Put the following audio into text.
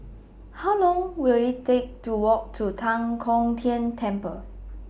How Long Will IT Take to Walk to Tan Kong Tian Temple